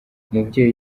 umubyeyi